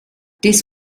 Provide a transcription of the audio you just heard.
this